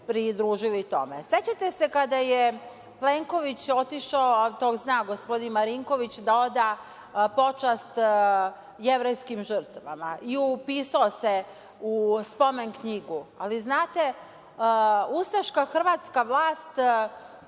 pridružili tome.Sećate se kada je Plenković otišao, a to zna gospodin Marinković, da oda počast jevrejskim žrtvama i upisao se u spomen knjigu, ali znate, ustaška Hrvatska vlast